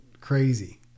crazy